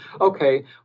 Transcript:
okay